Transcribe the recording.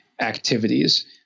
activities